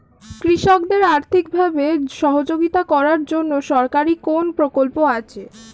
কৃষকদের আর্থিকভাবে সহযোগিতা করার জন্য সরকারি কোন কোন প্রকল্প আছে?